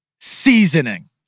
seasoning